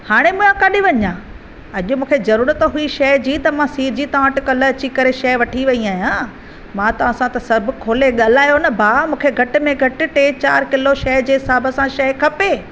हाणे मां काडे वञा अॼु मूंखे जरुरत हुई शइ जी त मां सिरजी तव्हां वटि कल्ह अची करे शइ वठी वई आहियां मा त असां त सब खोले ॻाल्हायो ना भाउ मूंखे घट में घटि टे चारि किलो शइ जे हिसाब सां शइ खपे